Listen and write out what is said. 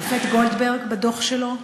השופט גולדברג, בדוח שלו,